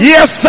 Yes